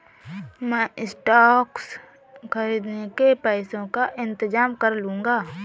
मैं स्टॉक्स खरीदने के पैसों का इंतजाम कर लूंगा